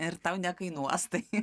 ir tau nekainuos tai